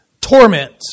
torment